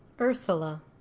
ursula